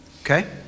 Okay